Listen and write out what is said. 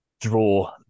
draw